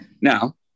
Now